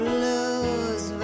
Blues